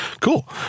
Cool